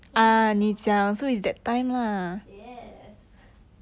so fall down lah yes